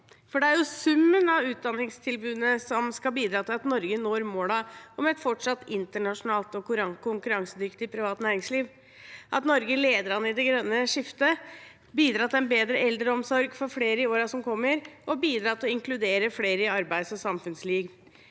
for det er summen av utdanningstilbudene som skal bidra til at Norge når målene om et fortsatt internasjonalt og konkurransedyktig privat næringsliv, at Norge leder an i det grønne skiftet, bidrar til en bedre eldreomsorg for flere i årene som kommer, og til å inkludere flere i arbeids- og samfunnslivet.